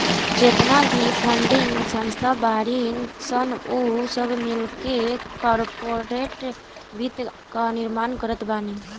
जेतना भी फंडिंग संस्था बाड़ीन सन उ सब मिलके कार्पोरेट वित्त कअ निर्माण करत बानी